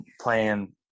playing